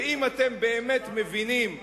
ואם אתם באמת מבינים,